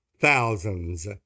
thousands